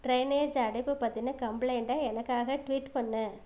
drainage அடைப்பு பற்றின கம்ப்ளைண்டை எனக்காக ட்வீட் பண்ணு